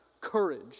courage